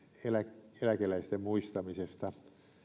eläkeläisten muistamisesta